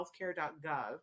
healthcare.gov